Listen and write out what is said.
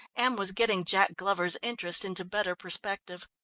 and was getting jack glover's interest into better perspective.